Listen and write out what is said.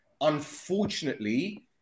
Unfortunately